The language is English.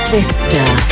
Sister